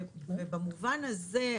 במובן הזה,